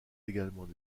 également